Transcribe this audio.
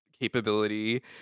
capability